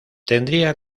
tendría